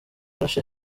yarashe